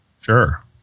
Sure